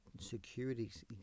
Securities